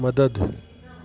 मदद